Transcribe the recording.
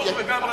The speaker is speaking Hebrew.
וגם רזה.